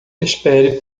espere